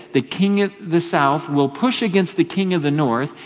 the king of the south will push against the king of the north.